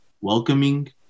welcoming